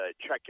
check